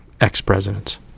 ex-presidents